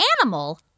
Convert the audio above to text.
animal